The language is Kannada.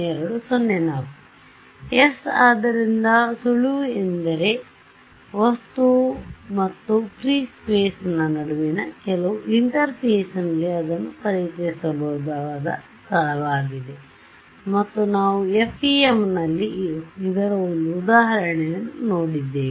S ಆದ್ದರಿಂದ ಸುಳಿವು ಎಂದರೆ ವಸ್ತು ಮತ್ತು ಫ್ರೀ ಸ್ಪೇಸ್ ನ ನಡುವಿನ ಕೆಲವು ಇಂಟರ್ಫೇಸ್ನಲ್ಲಿ ಇದನ್ನು ಪರಿಚಯಿಸಬಹುದಾದ ಸ್ಥಳವಾಗಿದೆ ಮತ್ತು ನಾವು FEMನಲ್ಲಿ ಇದರ ಒಂದು ಉದಾಹರಣೆಯನ್ನು ನೋಡಿದ್ದೇವೆ